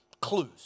clues